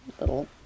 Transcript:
little